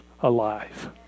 alive